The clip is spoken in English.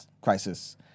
crisis